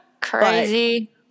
crazy